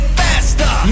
faster